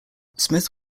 smith